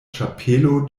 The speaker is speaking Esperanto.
ĉapelo